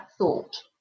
thought